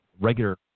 regular